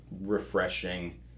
refreshing